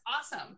awesome